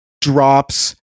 drops